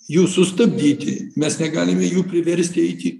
jų sustabdyti mes negalime jų priversti eiti